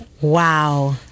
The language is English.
Wow